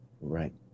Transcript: Right